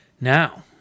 Now